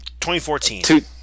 2014